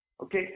Okay